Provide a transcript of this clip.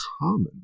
common